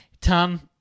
Tom